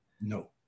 no